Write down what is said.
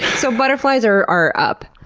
so butterflies are are up,